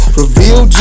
reveal